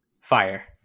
Fire